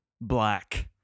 black